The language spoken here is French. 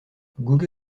google